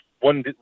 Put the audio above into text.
one